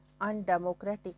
undemocratic